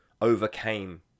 overcame